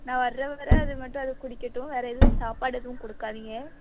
நான் வர வர அது மட்டும் அது குடிக்கட்டும் வேறு எதுவும் சாப்பாடு எதுவும் கொடுக்காதீங்க